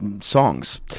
songs